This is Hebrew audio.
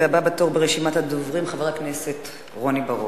והבא בתור ברשימת הדוברים, חבר הכנסת רוני בר-און.